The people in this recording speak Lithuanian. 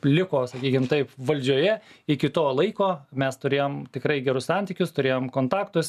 liko sakykim taip valdžioje iki to laiko mes turėjom tikrai gerus santykius turėjom kontaktus